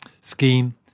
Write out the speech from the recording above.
scheme